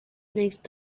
next